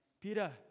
Peter